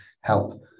help